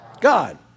God